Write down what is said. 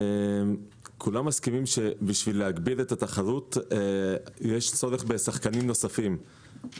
כולם מסכימים שכדי להגדיל את התחרות יש צורך בשחקנים נוספים.